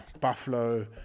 buffalo